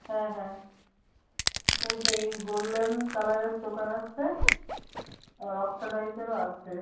হ্যাঁ হ্যাঁ এই তো এই গোল্ডেন কালারের চোকার আছে আর অক্সিডাইসেরও আছে